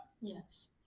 Yes